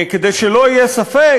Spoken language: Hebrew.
כדי שלא יהיה ספק,